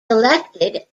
elected